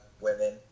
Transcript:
women